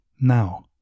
Now